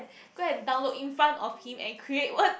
go and download in front of him and create one